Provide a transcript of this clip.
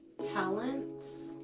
talents